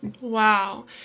Wow